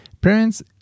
parents